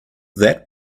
that